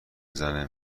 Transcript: زنه